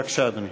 בבקשה, אדוני.